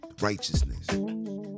righteousness